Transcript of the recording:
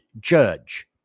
judge